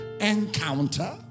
encounter